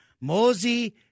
Mosey